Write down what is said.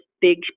big